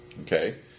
Okay